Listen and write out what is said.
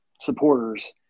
supporters